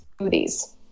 smoothies